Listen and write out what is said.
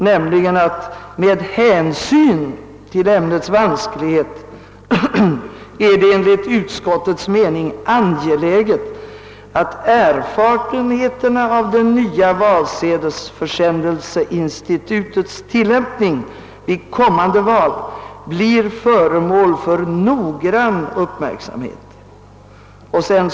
Utskottet skrev då: »Med hänsyn till ämnets vansklighet är det enligt utskottets mening angeläget, att erfarenheterna av det nya valsedelsförsändelseinstitutets tillämpning vid kommande val blir föremål för noggrann uppmärksamhet.